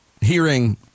hearing